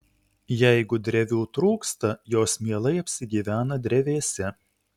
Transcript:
jeigu drevių trūksta jos mielai apsigyvena drevėse